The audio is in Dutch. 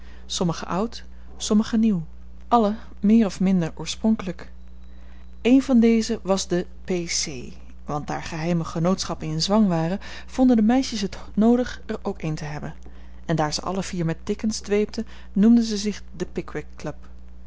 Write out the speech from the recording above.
sommige oud sommige nieuw alle meer of minder oorspronkelijk een van deze was de p c want daar geheime genootschappen in zwang waren vonden de meisjes het noodig er ook een te hebben en daar ze alle vier met dickens dweepten noemden ze zich de pickwick club